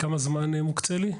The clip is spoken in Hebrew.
כמה זמן מוקצה לי?